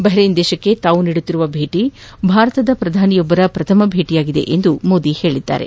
Bahrain ದೇಶಕ್ಕೆ ತಾವು ನೀಡುತ್ತಿರುವ ಭೇಟಿ ಭಾರತದ ಪ್ರಧಾನಿಯೊಬ್ಬರ ಪ್ರಥಮ ಭೇಟಿಯಾಗಿದೆ ಎಂದು ಮೋದಿ ತಿಳಿಸಿದ್ದಾರೆ